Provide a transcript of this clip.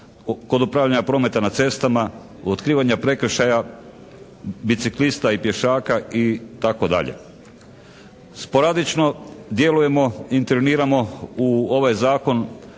kod upravljanja prometa na cestama, otkrivanje prekršaja biciklista i pješaka itd. Sporadično djelujemo, interniramo u ovaj Zakon